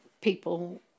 people